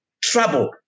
trouble